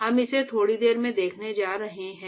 हम इसे थोड़ी देर में देखने जा रहे हैं